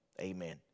Amen